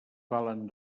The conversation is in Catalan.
valen